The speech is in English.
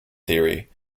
theory